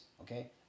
okay